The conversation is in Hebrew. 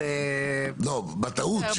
בטעות.